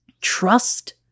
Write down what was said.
Trust